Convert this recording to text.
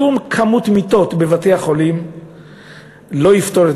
שום כמות מיטות בבתי-החולים לא תפתור את